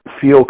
feel